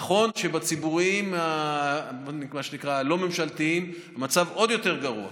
נכון שבציבוריים הלא-ממשלתיים המצב עוד יותר גרוע,